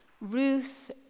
Ruth